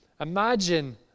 imagine